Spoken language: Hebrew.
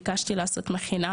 ביקשתי לעשות מכינה